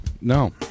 No